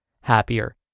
happier